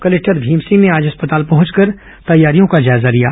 collector Bhim Singh ने आज अस्पताल पहुंचकर तैयारियों का जायजा लिया